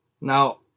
now